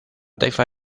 taifa